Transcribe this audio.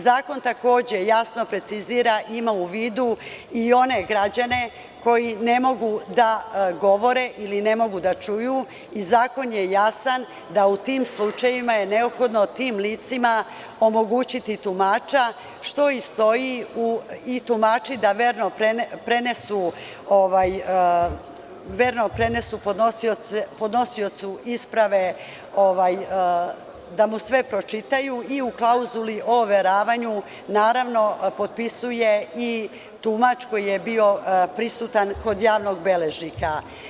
Zakon takođe jasno precizira, ima u vidu i one građane koji ne mogu da govore ili ne mogu da čuju i zakon je jasan da u tim slučajevima je neophodno tim licima omogućiti tumača i tumači da verno prenesu podnosiocu isprave, da mu sve pročitaju i u klauzuli o overavanju, naravno potpisuje i tumač koji je bio prisutan kod javnog beležnika.